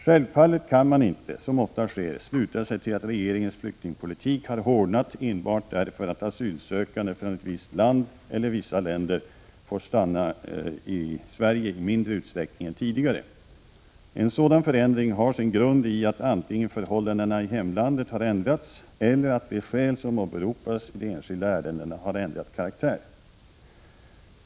Självfallet kan man inte, som ofta sker, sluta sig till att regeringens flyktingpolitik har hårdnat enbart därför att asylsökande från ett visst land eller vissa länder får stanna i Sverige i mindre utsträckning än tidigare. En sådan förändring har sin grund i att antingen förhållandena i hemlandet har ändrats eller att de skäl som åberopas i de enskilda ärendena har ändrat karaktär.